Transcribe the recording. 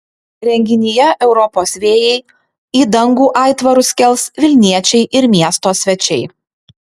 renginyje europos vėjai į dangų aitvarus kels vilniečiai ir miesto svečiai